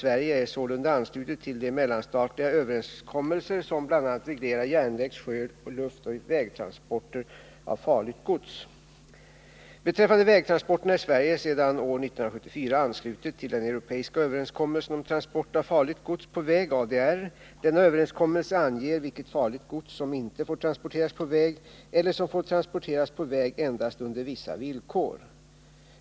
Sverige är sålunda anslutet till de mellanstatliga överenskommelser som bl.a. reglerar järnvägs-, sjö-, luftoch vägtransporter av farligt gods. Beträffande vägtransporterna är Sverige sedan år 1974 anslutet till den europeiska överenskommelsen om transport av farligt gods på väg, ADR. Denna överenskommelse anger vilket farligt gods som inte får transporteras på väg eller som får transporteras på väg endast under vissa villkor.